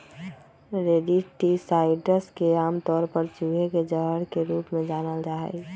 rodenticides के आमतौर पर चूहे के जहर के रूप में जानल जा हई